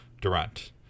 Durant